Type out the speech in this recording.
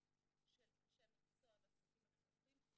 של אנשי המקצוע והצוותים החינוכיים,